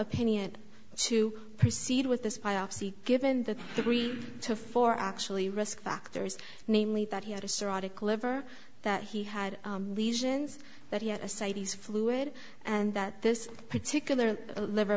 opinion to proceed with this biopsy given that three to four actually risk factors namely that he had a cirrhotic liver that he had lesions that he had a sadie's fluid and that this particular liver